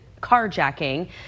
carjacking